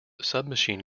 submachine